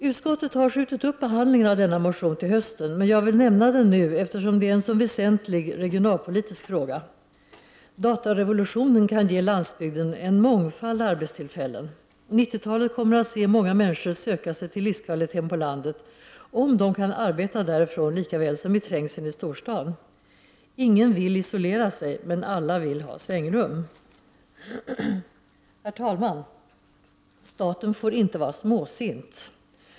Utskottet har skjutit upp behandlingen av denna motion till hösten, men jag vill nämna den nu eftersom det är en så väsentlig regionalpolitisk fråga. Datorrevolutionen kan ge landsbygden en mångfald arbetstillfällen. 90-talet kommer att se många människor söka sig till livskvaliteten på landet, om de kan arbeta därifrån likaväl som i trängseln i storstaden. Ingen vill isolera sig, men alla vill ha svängrum. Herr talman! Staten får inte vara småsint.